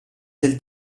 del